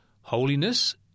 holiness